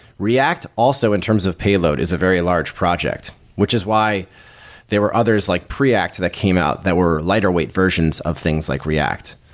react, also, in terms of payload, is a very large project, which is why there were others like preact that came out that were lighter weight versions of things like react.